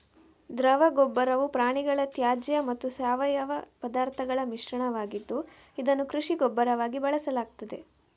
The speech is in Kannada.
ದ್ರವ ಗೊಬ್ಬರವು ಪ್ರಾಣಿಗಳ ತ್ಯಾಜ್ಯ ಮತ್ತು ಸಾವಯವ ಪದಾರ್ಥಗಳ ಮಿಶ್ರಣವಾಗಿದ್ದು, ಇದನ್ನು ಕೃಷಿ ಗೊಬ್ಬರವಾಗಿ ಬಳಸಲಾಗ್ತದೆ